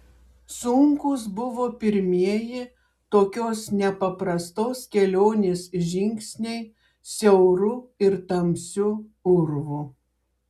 sunkūs buvo pirmieji tokios nepaprastos kelionės žingsniai siauru ir tamsiu urvu